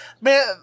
Man